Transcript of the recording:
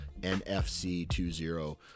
NFC20